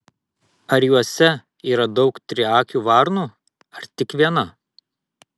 ar juose yra daug triakių varnų ar tik viena